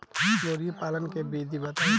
मुर्गीपालन के विधी बताई?